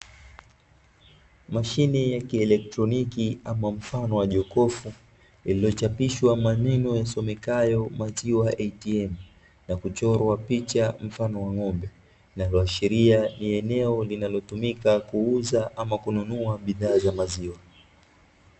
Mashine ya kielektroniki ama mfano wa jokofu lililochapishwa maneno yasomekayo 'MAZIWA ATM', na kuchorwa picha mfano wa ng'ome linaloashiria ni eneo linlotumika kuuza, ama kununua bidhaa za maziwa.